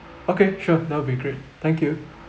okay sure that will be great thank you